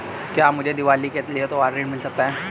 क्या मुझे दीवाली के लिए त्यौहारी ऋण मिल सकता है?